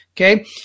Okay